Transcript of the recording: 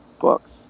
books